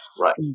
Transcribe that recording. Right